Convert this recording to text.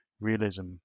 realism